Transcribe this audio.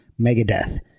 Megadeth